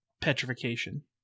petrification